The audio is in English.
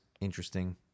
interesting